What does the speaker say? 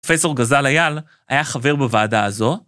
פרופסור גזל אייל היה חבר בוועדה הזו.